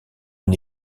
une